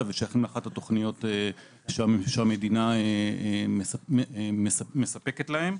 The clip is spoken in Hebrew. ושייכים לאחת התכניות שהמדינה מספקת להם.